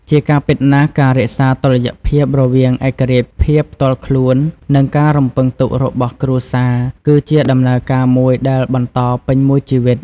ជាការពិតណាស់ ការរក្សាតុល្យភាពរវាងឯករាជ្យភាពផ្ទាល់ខ្លួន និងការរំពឹងទុករបស់គ្រួសារ គឺជាដំណើរការមួយដែលបន្តពេញមួយជីវិត។